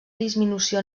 disminució